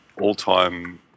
all-time